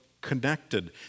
connected